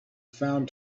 found